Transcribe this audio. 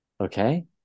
okay